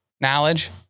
knowledge